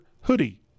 hoodie